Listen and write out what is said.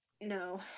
No